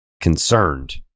concerned